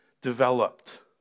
developed